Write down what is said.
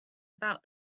about